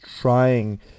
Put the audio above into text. trying